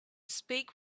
speak